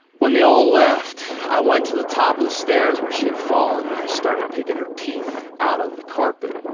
when they all left, i went to the top of the stairs where she had fallen, and i started picking her teeth out of the carpet.